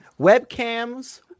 webcams